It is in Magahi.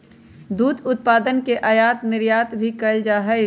दुध उत्पादन के आयात निर्यात भी कइल जा हई